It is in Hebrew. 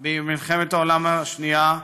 השואה ומלחמת העולם השנייה,